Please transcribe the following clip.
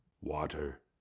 water